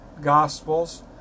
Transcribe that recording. Gospels